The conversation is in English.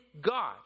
God